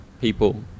people